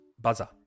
Buzzer